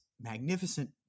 magnificent